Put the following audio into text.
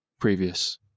previous